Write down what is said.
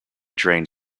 drained